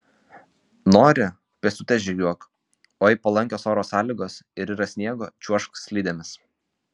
nori pėstute žygiuok o jei palankios oro sąlygos ir yra sniego čiuožk slidėmis